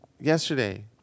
yesterday